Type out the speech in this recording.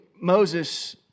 Moses